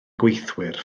gweithwyr